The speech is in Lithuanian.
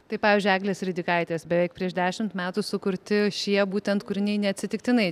tai pavyzdžiui eglės ridikaitės beveik prieš dešimt metų sukurti šie būtent kūriniai neatsitiktinai